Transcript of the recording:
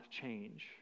change